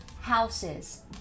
houses